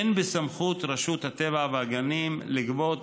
אין בסמכות רשות הטבע והגנים לגבות